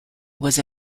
was